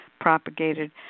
propagated